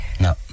No